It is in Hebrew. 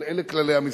אבל אלה כללי המשחק.